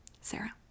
Sarah